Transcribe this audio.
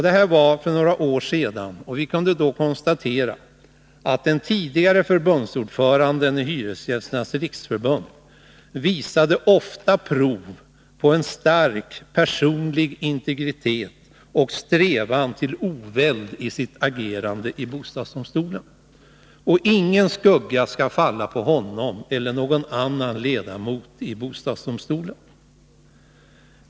Detta var för några år sedan, och då kunde det konstateras att den tidigare förbundsordföranden i Hyresgästernas riksförbund ofta visat prov på en stark personlig integritet och strävat till oväld i sitt agerande i bostadsdomstolen. Ingen skugga skall falla på honom eller på någon annan ledamot i bostadsdomstolen.